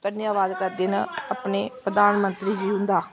धन्याबाद करदे न अपने प्रधानमंत्री जी होंदा